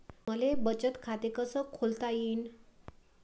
मले बचत खाते कसं खोलता येईन?